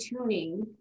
tuning